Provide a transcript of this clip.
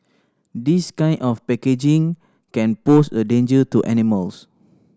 this kind of packaging can pose a danger to animals